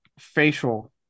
Facial